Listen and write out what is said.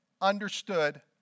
understood